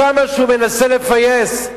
כמה שהוא מנסה לפייס,